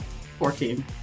Fourteen